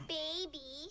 baby